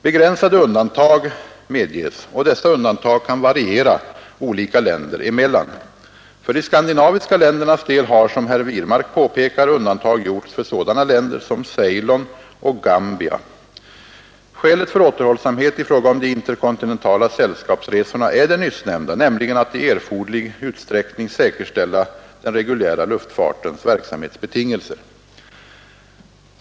Begränsade undantag medges, och dessa undantag kan variera olika länder emellan. För de skandinaviska ländernas del har — som herr Wirmark påpekar — undantag gjorts för sådana länder som Ceylon och Gambia. Skälet för återhållsamhet i fråga om de interkontinentala sällskapsresorna är det nyssnämnda, nämligen att i erforderlig utsträckning säkerställa den reguljära luftfartens verksamhetsbetingelser.